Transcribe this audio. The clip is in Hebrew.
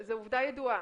זו עובדה ידועה.